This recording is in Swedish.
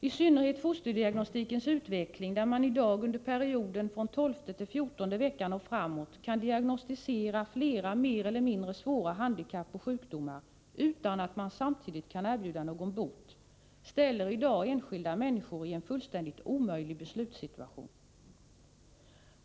I synnerhet fosterdiagnostikens utveckling, där man i dag under perioden från 12:e till 14:e veckan och framåt kan diagnostisera flera mer eller mindre svåra handikapp och sjukdomar utan att samtidigt kunna erbjuda någon bot, ställer i dag enskilda människor i en fullständigt omöjlig beslutssituation.